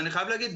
אני חייב להגיד,